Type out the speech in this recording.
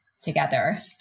together